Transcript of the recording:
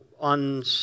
on